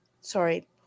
Sorry